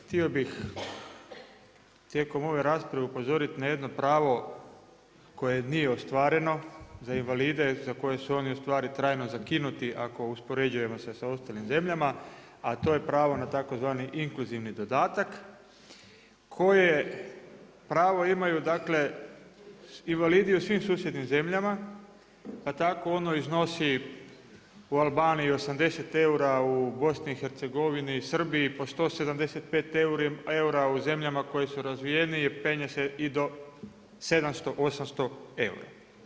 Htio bih tijekom ove rasprave upozoriti na jedno pravo koje nije ostvareno za invalide za koje su oni ustvari trajno zakinuti ako uspoređujemo se sa ostalim zemljama a to je pravo na tzv. inkluzivni dodatak koje pravo imaju dakle invalidi u svim susjednim zemljama pa tako ono iznosi u Albaniji 80 eura, u BiH i Srbiji po 175 eura u zemljama koje su razvijenije penje se i do 700m 800 eura.